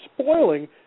spoiling